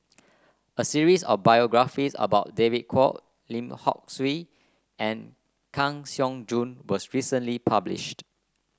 a series of biographies about David Kwo Lim Hock Siew and Kang Siong Joo was recently published